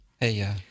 Hey